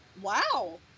Wow